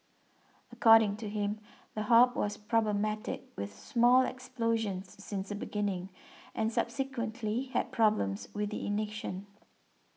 according to him the hob was problematic with small explosions since the beginning and subsequently had problems with the ignition